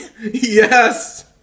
yes